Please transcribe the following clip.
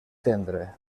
tendra